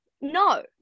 No